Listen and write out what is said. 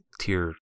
tier